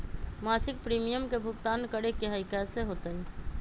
मासिक प्रीमियम के भुगतान करे के हई कैसे होतई?